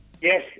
Yes